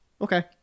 Okay